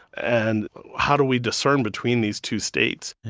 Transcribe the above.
and how do we discern between these two states?